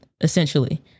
essentially